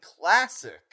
classic